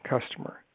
customer